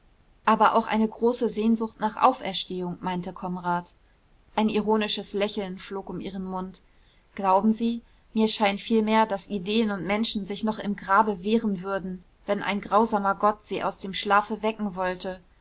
aber auch eine große sehnsucht nach auferstehung meinte konrad ein ironisches lächeln flog um ihren mund glauben sie mir scheint vielmehr daß ideen und menschen sich noch im grabe wehren würden wenn ein grausamer gott sie aus dem schlafe wecken wollte